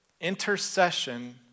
intercession